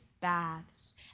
baths